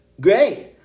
Great